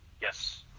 yes